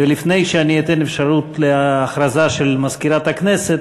לפני שאני אתן אפשרות להכרזה של מזכירת הכנסת,